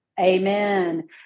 amen